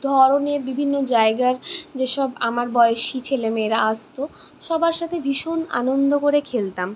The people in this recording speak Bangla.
ধরনের বিভিন্ন জায়গার যে সব আমার বয়সী ছেলে মেয়েরা আসত সবার সাথে ভীষণ আনন্দ করে খেলতাম